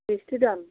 बेसे दाम